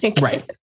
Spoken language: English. Right